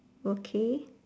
okay